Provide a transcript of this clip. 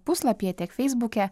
puslapyje tiek feisbuke